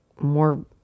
more